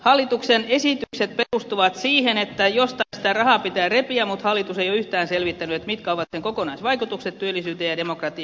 hallituksen esitykset perustuvat siihen että jostain sitä rahaa pitää repiä mutta hallitus ei ole yhtään selvittänyt mitkä ovat sen kokonaisvaikutukset työllisyyteen ja demokratiaan